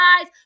eyes